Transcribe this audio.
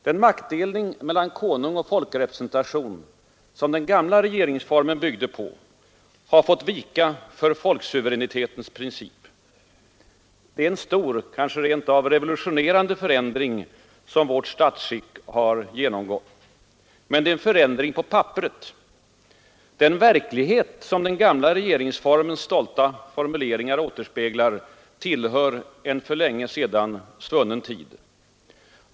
Den maktdelning mellan Konung och folkrepresentation som den gamla regeringsformen byggde på har fått vika för folksuveränitetens princip. Det är en stor, kanske rent av revolutionerande, förändring som vårt statsskick har genomgått. Men det är en förändring på papperet. Den verklighet som den gamla regeringsformens stolta formuleringar återspeglar tillhör en för länge sedan svunnen tid.